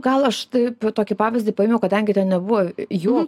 gal aš taip tokį pavyzdį paėmiau kadangi ten nebuvo jų